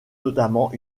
notamment